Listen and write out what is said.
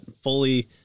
fully